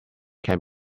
can